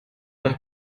nach